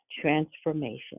transformation